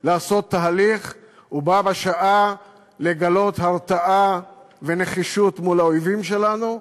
לעשות תהליך ובה בשעה לגלות הרתעה ונחישות מול האויבים שלנו,